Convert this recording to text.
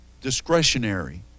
discretionary